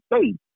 States